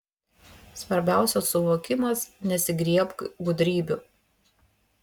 svarbiausias suvokimas nesigriebk gudrybių